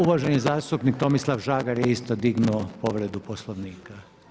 Uvaženi zastupnik Tomislav Žagar je isto dignuo povredu Poslovnika.